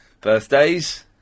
birthdays